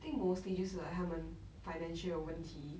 I think mostly 就是 like 他们 financial 有问题